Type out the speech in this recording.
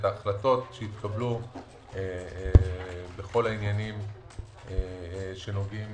את ההחלטות שהתקבלו בכל העניינים שנוגעים